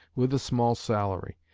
with a small salary,